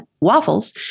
waffles